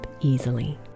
easily